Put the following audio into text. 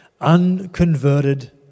unconverted